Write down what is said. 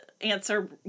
answer